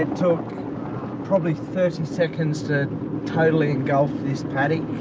and took probably thirty seconds to totally engulf this paddock